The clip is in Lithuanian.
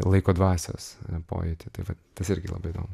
laiko dvasios pojūtį tai va tas irgi labai įdomu